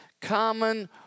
common